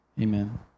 Amen